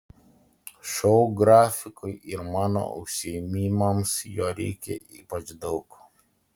šou grafikui ir mano užsiėmimams jo reikia ypač daug